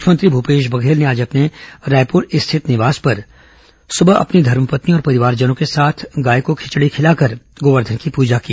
मुख्यमंत्री भूपेश बघेल ने अपने रायपुर स्थित निवास में आज सुबह अपनी धर्मपत्नी और परिवारजनों के साथ गाय को खिचड़ी खिलाकर गोवर्धन की पूजा की